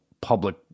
public